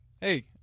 hey